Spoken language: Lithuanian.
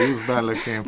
o jūs dalia kaip